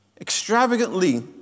extravagantly